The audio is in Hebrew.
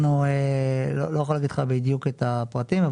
אני לא יכול להגיד לך בדיוק את הפרטים,